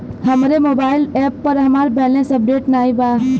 हमरे mobile app पर हमार बैलैंस अपडेट नाई बा